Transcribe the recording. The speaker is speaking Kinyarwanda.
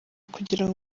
kugirango